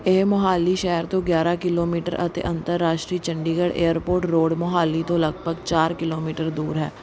ਇਹ ਮੋਹਾਲੀ ਸ਼ਹਿਰ ਤੋਂ ਗਿਆਰਾਂ ਕਿਲੋਮੀਟਰ ਅਤੇ ਅੰਤਰਰਾਸ਼ਟਰੀ ਚੰਡੀਗੜ੍ਹ ਏਅਰਪੋਰਟ ਰੋਡ ਮੋਹਾਲੀ ਤੋਂ ਲਗਭਗ ਚਾਰ ਕਿਲੋਮੀਟਰ ਦੂਰ ਹੈ